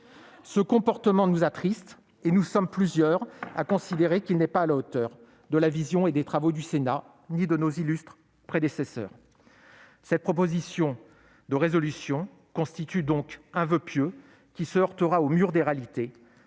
Ce comportement nous attriste et nous sommes plusieurs à considérer qu'il n'est pas à la hauteur de la vision et des travaux du Sénat ni de l'engagement de nos illustres prédécesseurs. Cette proposition de résolution constitue donc un voeu pieux, qui se heurtera au mur des réalités.